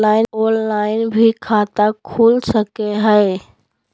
Online भी खाता खूल सके हय?